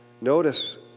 Notice